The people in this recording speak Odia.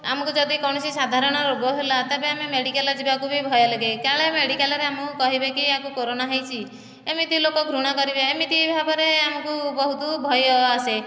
ଆମକୁ ଯଦି କୌଣସି ସାଧାରଣ ରୋଗ ହେଲା ତେବେ ଆମେ ମେଡ଼ିକାଲ ଯିବାକୁ ବି ଭୟ ଲାଗେ କାଳେ ମେଡ଼ିକାଲରେ ଆମକୁ କହିବେକି ୟାକୁ କୋରାନା ହୋଇଛି ଏମିତି ଲୋକ ଘୃଣା କରିବେ ଏମିତି ଭାବରେ ଆମକୁ ବହୁତ ଭୟ ଆସେ